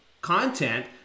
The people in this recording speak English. content